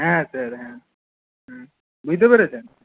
হ্যাঁ স্যার হ্যাঁ হুম বুঝতে পেরেছেন